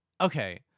Okay